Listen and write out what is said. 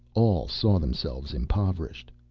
all saw themselves impoverished.